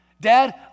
Dad